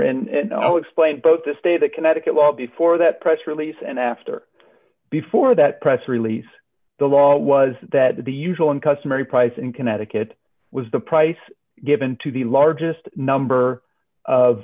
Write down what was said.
and no explained both the state of connecticut law before that press release and after before that press release the law was that the usual and customary price in connecticut was the price given to the largest number of